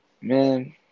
man